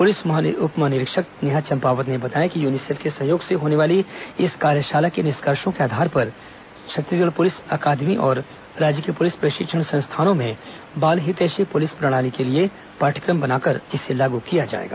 police उप महानिरीक्षक नेहा चंपावत ने बताया कि यूनिसेफ के सहयोग से होने वाली इस कार्यशाला के निष्कर्षो के आधार पर छत्तीसगढ़ पुलिस एकादमी और राज्य के पुलिस प्रशिक्षण संस्थानों में बाल हितैषी पुलिस प्रणाली के लिए पाठ्यक्रम बनाकर लागू किया जाएगा